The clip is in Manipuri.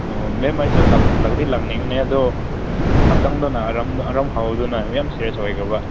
ꯑꯣ ꯃꯦꯝ ꯑꯩꯁꯨ ꯂꯥꯛꯇꯤ ꯂꯥꯛꯅꯤꯡꯕꯅꯦ ꯑꯗꯣ ꯍꯀꯆꯥꯡꯗꯨꯅ ꯑꯔꯨꯝ ꯍꯧꯗꯨꯅ ꯌꯥꯝ ꯁꯦꯔꯦꯁ ꯑꯣꯏꯈ꯭ꯔꯕ